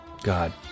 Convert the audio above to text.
God